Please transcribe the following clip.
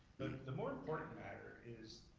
the more important matter is,